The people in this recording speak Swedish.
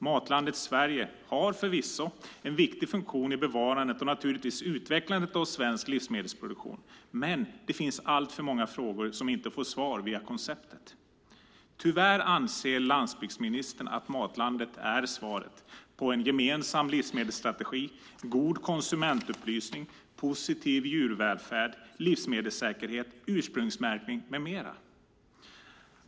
Matlandet Sverige har förvisso en viktig funktion i bevarandet och utvecklandet av svensk livsmedelsproduktion. Men det finns alltför många frågor som inte får svar via konceptet. Tyvärr anser landsbygdsministern att Matlandet är svaret på en gemensam livsmedelsstrategi, god konsumentupplysning, positiv djurvälfärd, livsmedelssäkerhet, ursprungsmärkning med mera.